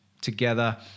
together